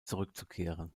zurückzukehren